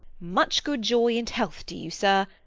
much good joy, and health to you, sir,